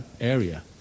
area